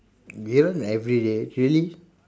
you run everyday really